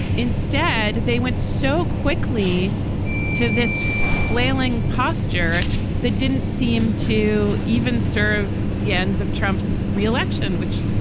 instead, they went so quickly to this flailing posture that didn't seem to even serve the ends of trump's re-election, which,